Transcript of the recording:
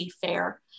Fair